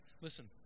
Listen